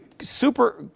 super